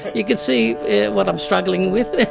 you can see what i'm struggling with!